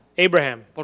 Abraham